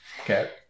Okay